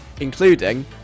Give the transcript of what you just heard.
including